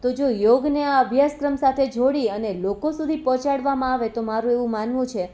તો જો યોગને આ અભ્યાસક્રમ સાથે જોડીએ અને લોકો સુધી પહોંચાડવામાં આવે તો મારું એવું માનવું છે